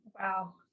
Wow